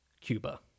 Cuba